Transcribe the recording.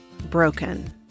broken